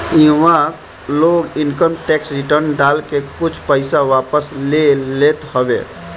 इहवा लोग income tax return डाल के कुछ पईसा वापस ले लेत हवे